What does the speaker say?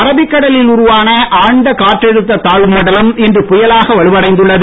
Arabic கடலில் உருவான ஆழ்ந்த காற்றழுத்தத் தாழ்வு மண்டலம் இன்று புயலாக வலுவடைந்துள்ளது